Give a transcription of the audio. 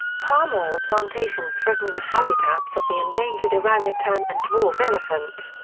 palm oil plantations threaten the habitats of the endangered orang-utan and dwarf elephant.